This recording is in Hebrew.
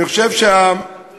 אני חושב שהמסר